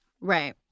Right